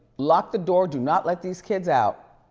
lock the door, do not let these kids out.